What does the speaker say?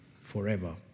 forever